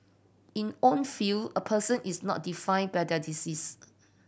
in own field a person is not defined by their disease